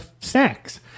snacks